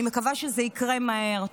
אני מקווה שזה יקרה מהר.